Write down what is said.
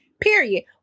period